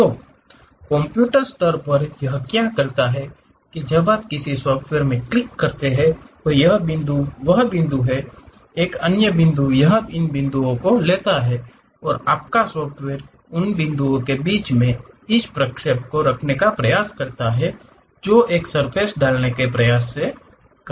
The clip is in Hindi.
तो कंप्यूटर स्तर पर यह क्या करता है जब आप किसी सॉफ़्टवेयर मे क्लिक कर रहे होते हैं तो यह बिंदु वह बिंदु एक अन्य बिंदु यह इन बिंदुओं को लेता है और आपका सॉफ़्टवेयर उन बिंदुओं के बीच इस प्रक्षेप को करने का प्रयास करता है जो एक सर्फ़ेस डालने का प्रयास करते हैं